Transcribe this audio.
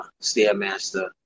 stairmaster